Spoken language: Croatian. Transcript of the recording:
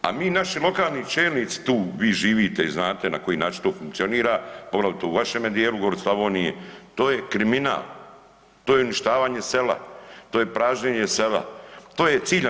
A mi našim lokalnim čelnici, tu vi živite i znate na koji način to funkcionira poglavito u vašeme dijelu gori u Slavoniji to je kriminal, to je uništavanje sela, to je pražnjenje sela, to je ciljano.